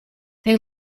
they